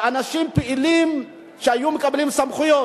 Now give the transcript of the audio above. אנשים פעילים והיו מקבלים סמכויות.